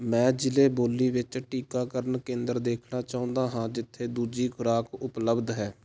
ਮੈਂ ਜ਼ਿਲ੍ਹੇ ਬੋਲੀ ਵਿੱਚ ਟੀਕਾਕਰਨ ਕੇਂਦਰ ਦੇਖਣਾ ਚਾਹੁੰਦਾ ਹਾਂ ਜਿੱਥੇ ਦੂਜੀ ਖੁਰਾਕ ਉਪਲਬਧ ਹੈ